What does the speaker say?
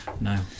No